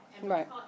Right